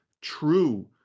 true